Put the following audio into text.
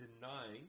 denying